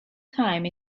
time